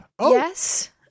Yes